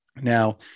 Now